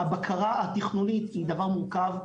הבקרה התכנונית זה דבר מורכב.